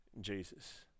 Jesus